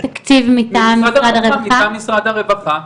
מטעם משרד הרווחה.